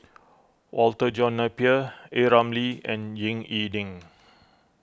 Walter John Napier A Ramli and Ying E Ding